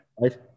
Right